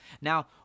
Now